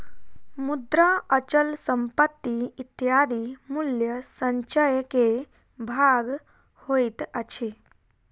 मुद्रा, अचल संपत्ति इत्यादि मूल्य संचय के भाग होइत अछि